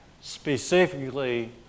specifically